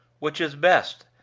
which is best,